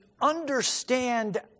understand